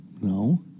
No